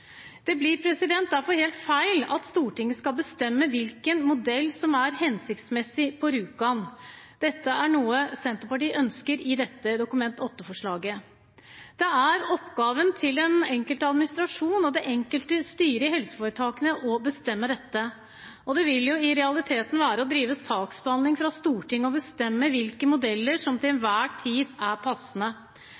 Det blir derfor helt feil at Stortinget skal bestemme hvilken modell som er hensiktsmessig på Rjukan. Dette er noe Senterpartiet ønsker i dette Dokument 8-forslaget. Det er oppgaven til den enkelte administrasjon og det enkelte styre i helseforetakene å bestemme dette, og det vil jo i realiteten være å drive saksbehandling fra Stortinget å bestemme hvilke modeller som til enhver tid er passende.